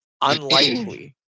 unlikely